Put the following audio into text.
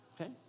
Okay